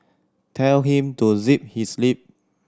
tell him to zip his lip